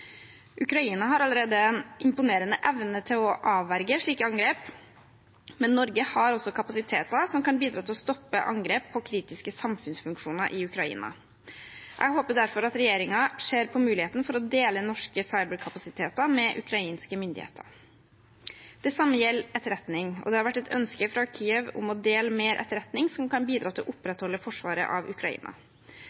Ukraina har allerede en imponerende evne til å avverge slike angrep, men Norge har også kapasiteter som kan bidra til å stoppe angrep på kritiske samfunnsfunksjoner i Ukraina. Jeg håper derfor at regjeringen ser på muligheten for å dele norske cyberkapasiteter med ukrainske myndigheter. Det samme gjelder etterretning, og det har vært et ønske fra Kyiv om å dele mer etterretning som kan bidra til å